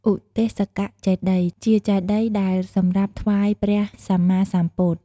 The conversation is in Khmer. ឧទ្ទេសកចេតិយ ជាចេតិយដែលសម្រាប់ថ្វាយព្រះសម្មាសម្ពុទ្ធ។